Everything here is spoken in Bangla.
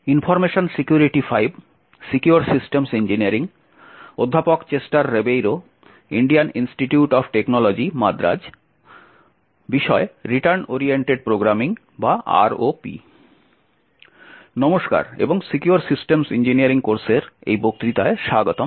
নমস্কার এবং সিকিওর সিস্টেম ইঞ্জিনিয়ারিং কোর্সের এই বক্তৃতায় স্বাগতম